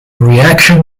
reaction